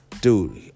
Dude